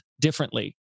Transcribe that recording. differently